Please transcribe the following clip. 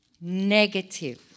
negative